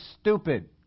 stupid